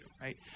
right